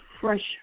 fresh